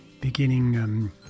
beginning